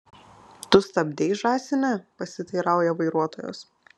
tu stabdei žąsine pasiteirauja vairuotojas